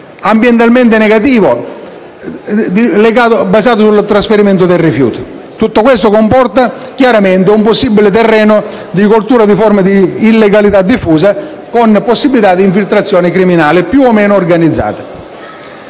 ambientalmente negativo, basato sul trasferimento dei rifiuti. Tutto questo comporta chiaramente un possibile terreno di coltura di forme di illegalità diffusa e di infiltrazioni criminali, più o meno organizzate.